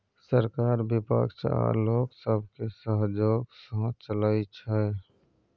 सरकार बिपक्ष आ लोक सबके सहजोग सँ चलइ छै